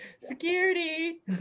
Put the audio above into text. Security